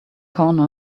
corner